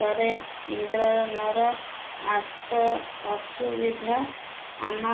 ତରେ ଇନ୍ଦ୍ରନର ଆସ ଅସୁବିଧା ଆମ